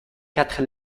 quatre